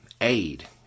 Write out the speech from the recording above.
aid